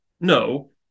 No